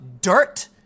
dirt